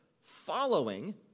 following